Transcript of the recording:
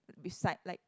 beside like